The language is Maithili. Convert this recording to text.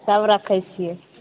सभ राखै छियै